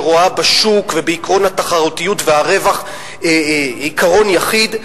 שרואה בשוק ובעקרון התחרותיות והרווח עיקרון יחיד.